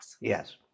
Yes